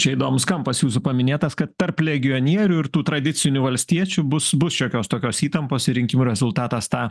čia įdomus kampas jūsų paminėtas kad tarp legionierių ir tų tradicinių valstiečių bus bus šiokios tokios įtampos ir rinkimų rezultatas tą